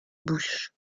bouche